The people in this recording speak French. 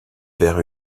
vers